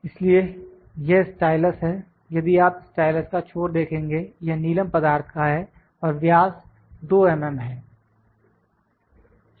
इसलिए यह स्टाइलस है यदि आप स्टाइलस का छोर देखेंगे यह नीलम पदार्थ का है और व्यास 2 mm है